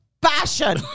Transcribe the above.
passion